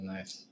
Nice